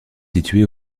situé